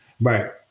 Right